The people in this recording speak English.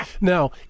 Now